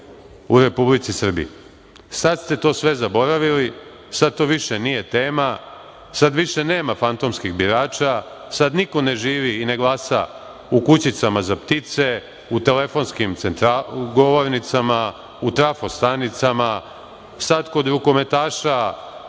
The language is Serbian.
u Republici Srbiji. Sada ste to sve zaboravili. Sada to više nije tema. Sada više nema fantomskih birača. Sada niko ne živi i ne glasa u kućicama za ptice, u telefonskim govornicama, u trafostanicama. Sad kod rukometaša